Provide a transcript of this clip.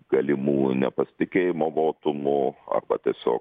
galimų nepasitikėjimo votumų arba tiesiog